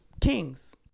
kings